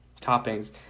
Toppings